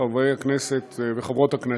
חברי הכנסת, חברות הכנסת,